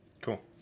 Cool